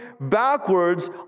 backwards